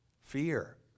fear